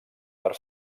per